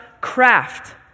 craft